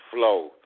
flow